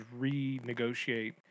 renegotiate